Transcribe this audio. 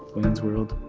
wayne's world.